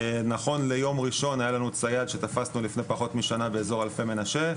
נכון ליום ראשון היה לנו צייד שתפסנו לפני פחות משנה באזור אלפי מנשה,